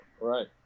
Right